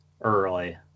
early